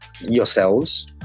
yourselves